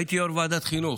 הייתי יו"ר ועדת חינוך.